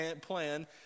plan